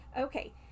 Okay